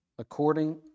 According